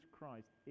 Christ